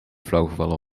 flauwgevallen